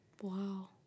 wow